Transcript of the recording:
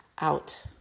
Out